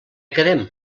quedem